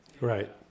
Right